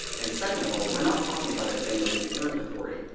and second of all, we're not talking about a claim of inherent authority.